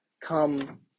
come